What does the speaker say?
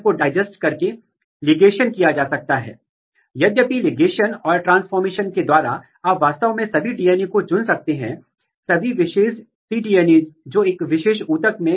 तो यह AP1 और SEP3 दोनों MADS डोमेन हैं जिसमें ट्रांसक्रिप्शन फैक्टर हैं उनके पास एक डोमेन है जिसे MIK डोमेन कहा जाता है और दूसरा डोमेन C टर्मिनल डोमेन है